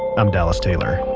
i'm dallas taylor.